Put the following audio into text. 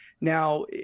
Now